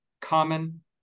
common